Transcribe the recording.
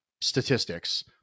statistics